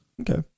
Okay